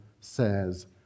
says